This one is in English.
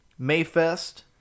Mayfest